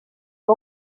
que